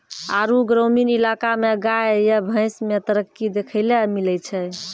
आरु ग्रामीण इलाका मे गाय या भैंस मे तरक्की देखैलै मिलै छै